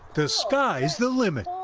the sky's the limit.